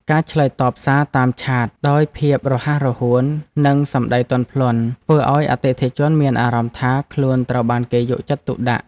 ការឆ្លើយតបសារតាមឆាតដោយភាពរហ័សរហួននិងសម្តីទន់ភ្លន់ធ្វើឱ្យអតិថិជនមានអារម្មណ៍ថាខ្លួនត្រូវបានគេយកចិត្តទុកដាក់។